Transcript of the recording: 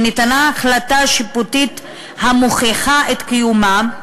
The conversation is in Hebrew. שניתנה החלטה שיפוטית המוכיחה את קיומם,